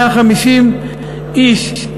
150 איש,